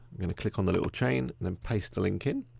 i'm gonna click on the little chain and then paste the link in.